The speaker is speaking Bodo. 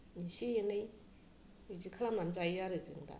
इसे एनै बिदि खालामनानै जायो आरो जों दा